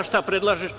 A šta predlažeš?